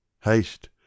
Haste